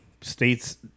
states